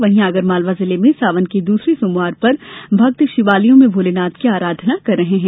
वहीं आगर मालवा जिले में सावन के दूसरे सोमवार पर भक्त शिवालयों में भोलेनाथ की अराधना कर रहे हैं